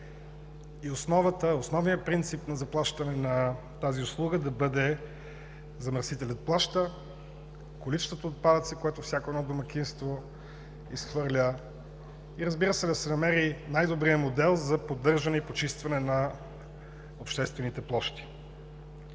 и основният принцип на заплащане на тази услуга е „замърсителят плаща“ – количеството отпадъци, което всяко едно домакинство изхвърля, и, разбира се, да се намери най-добрият модел за поддържане и почистване на обществените площи.